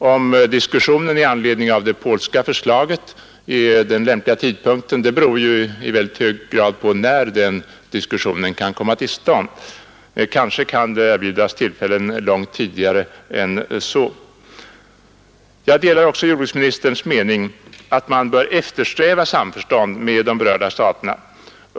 Om diskussionen i anledning av det polska förslaget är den lämpliga utgångspunkten beror ju i hög grad på när den diskussionen kan komma till stånd. Kanske kan det erbjudas tillfällen långt tidigare än så. Jag delar också jordbruksministerns mening att man bör eftersträva samförstånd med de berörda staterna.